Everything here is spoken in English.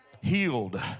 Healed